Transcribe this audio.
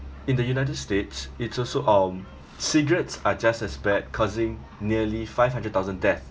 in the united states it's also um cigarettes are just as bad causing nearly five hundred thousand deaths